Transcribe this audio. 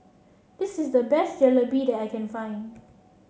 this is the best Jalebi that I can find